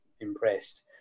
impressed